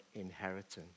inheritance